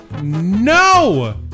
No